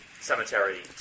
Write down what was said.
cemetery